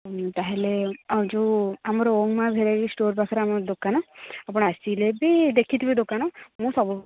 ତା'ହେଲେ ଆଉ ଯେଉଁ ଆମର ଓମ୍ ମା ଭେରାଇଟି ଷ୍ଟୋର୍ ପାଖରେ ଆମ ଦୋକାନ ଆପଣ ଆସିଲେ ବି ଦେଖି ଥବେ ଦୋକାନ ମୁଁ ସବୁ